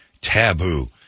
taboo